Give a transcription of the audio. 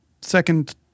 second